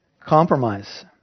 compromise